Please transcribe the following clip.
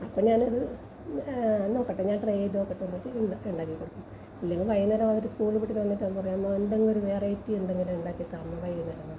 അപ്പം ഞാനത് എന്നാൽ പെട്ടന്ന് ഞാൻ നോക്കട്ടെ ട്രൈ ചെയ്ത് നോക്കട്ടെ എന്നിട്ട് അവർക്ക് ഉണ്ടക്കിക്കൊടുക്കും ഇല്ലെങ്കിൽ വൈകുന്നേരം അവര് സ്കൂള് വിട്ട് വന്നിട്ട് അവർ പറയും അമ്മ എന്തെങ്കിലും ഒരു വെറൈറ്റി എന്തെങ്കിലും ഉണ്ടാക്കി താ അമ്മ വൈകുന്നേരം ആകുമ്പം